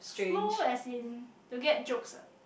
no as in to get jokes ah